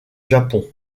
japon